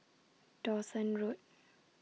Dawson Road